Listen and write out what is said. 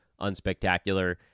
Unspectacular